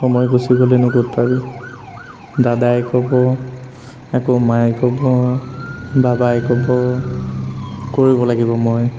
সময় গুচি গ'লেনো ক'ত পাবি দাদাই ক'ব আকৌ মায়ে ক'ব বাবাই ক'ব কৰিব লাগিব মই